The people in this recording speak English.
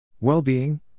Well-being